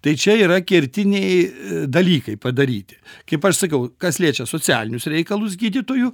tai čia yra kertiniai dalykai padaryti kaip aš sakau kas liečia socialinius reikalus gydytojų